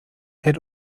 had